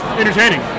entertaining